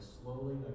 slowly